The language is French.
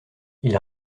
ils